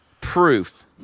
proof